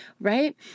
right